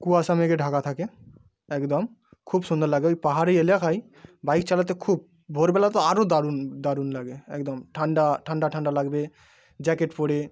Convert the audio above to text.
কুয়াশা মেঘে ঢাকা থাকে একদম খুব সুন্দর লাগে ওই পাহাড়ি এলাকায় বাইক চালাতে খুব ভোরবেলা তো আরও দারুণ দারুণ লাগে একদম ঠাণ্ডা ঠাণ্ডা ঠাণ্ডা লাগবে জ্যাকেট পরে